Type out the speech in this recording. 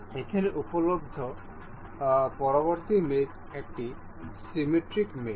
এখানে উপলব্ধ পরবর্তী মেট একটি সিমিট্রিক মেট